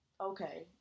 okay